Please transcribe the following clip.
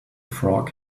frog